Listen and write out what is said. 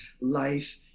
life